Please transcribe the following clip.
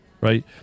right